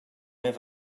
have